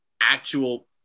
actual